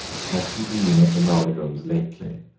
has he been at the norridrums lately?